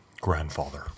grandfather